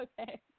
okay